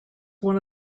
one